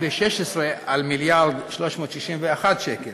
ב-2016, על 1.361 מיליארד שקל,